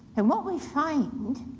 and what we find